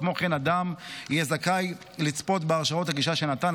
כמו כן, אדם יהיה זכאי לצפות בהרשאות הגישה שנתן.